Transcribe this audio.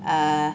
err